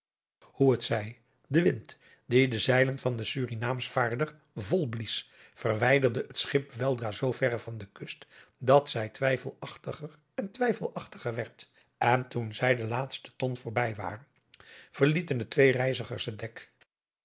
hoe het zij de wind die de zeilen van den surinaamschvaarder vol blies verwijderde het schip weldra zoo verre van de kust dat zij twijfelachtiger en twijfelachtiger werd en toen zij de laatste ton voorbij waren verlieten de twee reizigers het dek